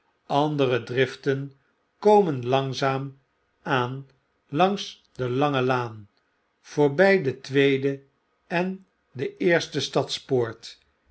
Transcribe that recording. andere driften komen langzaam aan langs de lange laan voorbij de tweede en de eerste